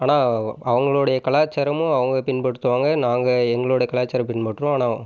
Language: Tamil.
ஆனால் அவர்களோடைய கலாச்சாரமும் அவங்க பின்பற்றுவாங்க நாங்கள் எங்களோட கலாச்சாரம் பின்பற்றுவோம் ஆனால்